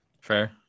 Fair